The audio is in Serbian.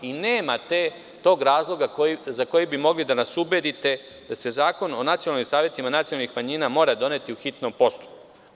Nema tog razloga za koji bi mogli da nas ubedite da se Zakon o nacionalnim savetima nacionalnih manjina mora doneti po hitnom postupku.